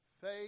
faith